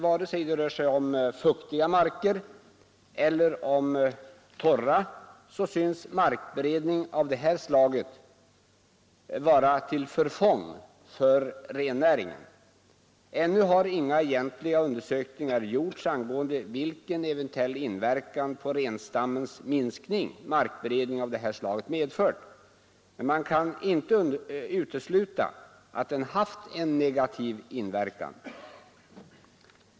Vare sig det rör sig om fuktiga marker eller om torra synes markberedning av det här slaget vara till förfång för rennäringen. Ännu har inga egentliga undersökningar gjorts angående vilken eventuell inverkan på renstammens minskning markberedning av det här slaget medfört. Men man kan inte utesluta att den haft en negativ inverkan.